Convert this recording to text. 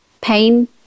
pain